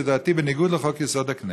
לדעתי בניגוד לחוק-יסוד: הכנסת,